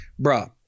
Bruh